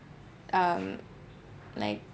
um like